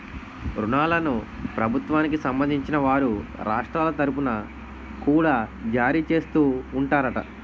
ఋణాలను ప్రభుత్వానికి సంబంధించిన వారు రాష్ట్రాల తరుపున కూడా జారీ చేస్తూ ఉంటారట